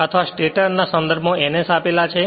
અથવા સ્ટેટર ના સંદર્ભમાં ns આપેલ છે